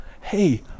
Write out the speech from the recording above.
hey